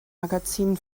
magazinen